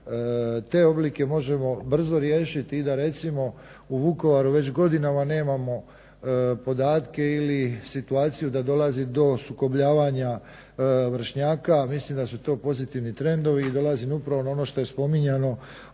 te oblike možemo brzo riješiti i da recimo u Vukovaru već godinama nemamo podatke ili situaciju da dolazi do sukobljavanja vršnjaka. A mislim da su to pozitivni trendovi i dolazim upravo na ono što je spominjano,